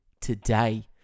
Today